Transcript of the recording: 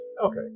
Okay